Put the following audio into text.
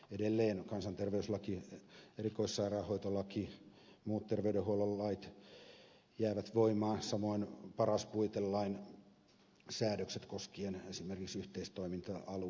edelleen kansanterveyslaki erikoissairaanhoitolaki muut terveydenhuollon lait jäävät voimaan samoin paras puitelain säädökset koskien esimerkiksi yhteistoiminta alueita